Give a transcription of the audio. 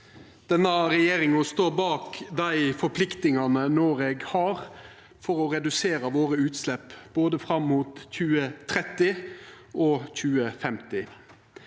regje- ringa står bak dei forpliktingane Noreg har for å redusera våre utslepp, både fram mot 2030 og mot 2050.